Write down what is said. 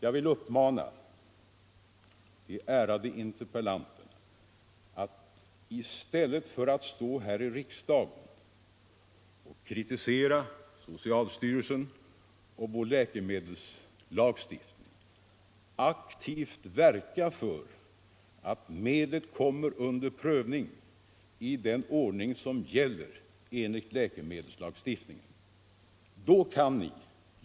Jag vill uppmana de ärade interpellanterna att i stället för att här i riksdagen kritisera socialstyrelsen och vår läkemedelslagstiftning aktivt verka för att medlet kommer under prövning i den ordning som läkemedelslagstiftningen föreskriver.